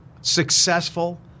successful